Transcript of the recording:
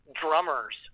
drummers